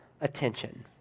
attention